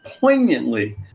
poignantly